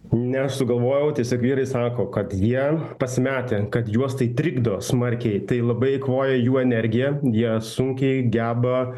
ne aš sugalvojau tiesiog vyrai sako kad jie pasimetę kad juos tai trikdo smarkiai tai labai eikvoja jų energiją jie sunkiai geba